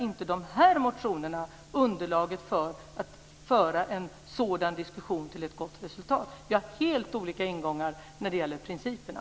Men de här motionerna visar inte något underlag för att föra en sådan diskussion till ett gott resultat. Vi har helt olika ingångar när det gäller principerna.